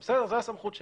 זה בסדר, זאת הסמכות שלה.